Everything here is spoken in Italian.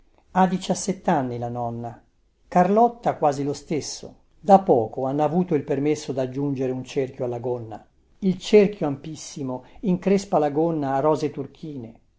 ha diciassettanni la nonna carlotta quasi lo stesso da poco hanno avuto il permesso daggiungere un cerchio alla gonna il cerchio ampissimo increspa la gonna a rose turchine